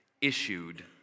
issued